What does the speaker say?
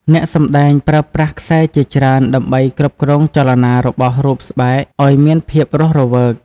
អ្នកសម្ដែងប្រើប្រាស់ខ្សែជាច្រើនដើម្បីគ្រប់គ្រងចលនារបស់រូបស្បែកឱ្យមានភាពរស់រវើក។